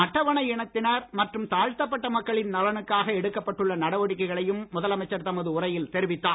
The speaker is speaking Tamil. அட்டவணை இனத்தினர் மற்றும் தாழ்த்தப்பட்ட மக்களின் நலனுக்காக எடுக்கப்பட்டுள்ள நடவடிக்கைகளையும் முதலமைச்சர் தமது உரையில் தெரிவித்தார்